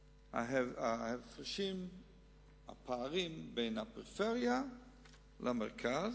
ההפרשים, הפערים, בין הפריפריה למרכז.